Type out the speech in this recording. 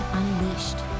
unleashed